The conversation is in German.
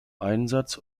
einsatz